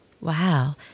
Wow